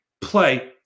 play